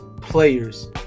players